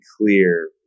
clear